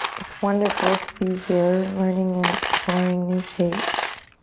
it's wonderful to be here learning and exploring new shapes.